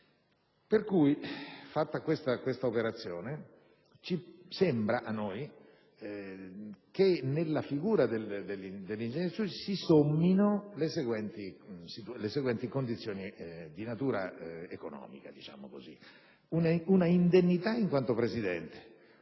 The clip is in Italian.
Fatta questa operazione, sembra a noi che nella figura dell'ingegner Ciucci si sommino le seguenti condizioni di natura economica: una indennità in quanto presidente